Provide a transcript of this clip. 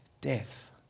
death